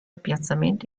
piazzamento